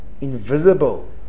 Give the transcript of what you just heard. invisible